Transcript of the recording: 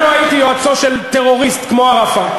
אני מעולם לא הייתי יועצו של טרוריסט כמו ערפאת,